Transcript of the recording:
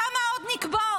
כמה עוד נקבור?